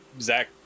Zach